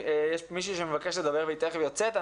יש מישהי שמבקשת לדבר והיא תיכף יוצאת.